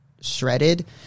shredded